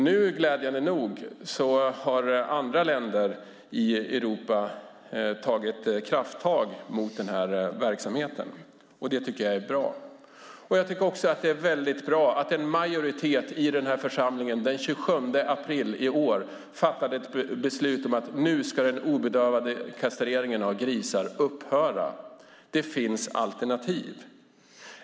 Nu har glädjande nog andra länder i Europa tagit krafttag mot denna verksamhet. Det tycker jag är bra. Jag tycker också att det är väldigt bra att en majoritet i den här församlingen den 27 april i år fattade beslut om att den obedövade kastreringen av grisar skulle upphöra. Det finns alternativ.